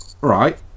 Right